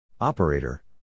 Operator